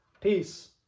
Peace